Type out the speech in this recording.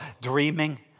dreaming